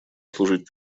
служить